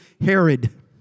Herod